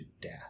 death